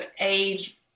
age